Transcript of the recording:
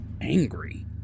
angry